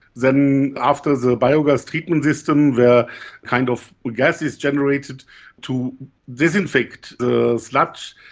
then after the biogas treatment system where kind of gas is generated to disinfect the sludge,